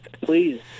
Please